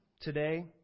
today